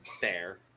Fair